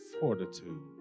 fortitude